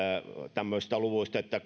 tämmöisistä luvuista että